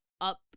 up